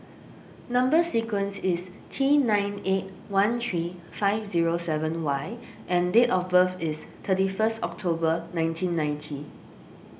Number Sequence is T nine eight one three five zero seven Y and date of birth is thirty first October nineteen ninety